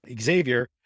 Xavier